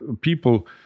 people